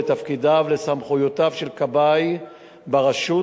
לתפקידיו ולסמכויותיו של כבאי ברשות,